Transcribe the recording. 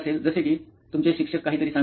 जसे कि तुमचे शिक्षक काहीतरी सांगत आहेत